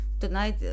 tonight